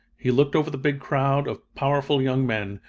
he looked over the big crowd of powerful young men,